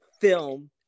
film